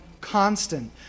constant